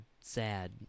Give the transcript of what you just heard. sad